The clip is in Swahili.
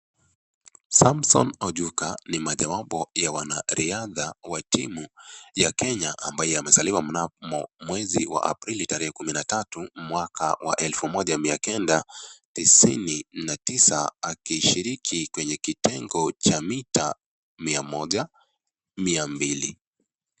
Samson Ojuka ni mojawapo ya wanariadha wa timu ya Kenya ambaye amezaliwa mnamo mwezi wa aprili tarehe kumi na tatu mwaka wa elfu moja mia kenda tisini na tisa akishiriki kwenye kitengo cha mita mia moja, mia mbili.